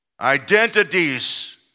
Identities